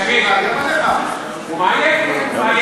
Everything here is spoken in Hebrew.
אל תדבר אלי, לכן אני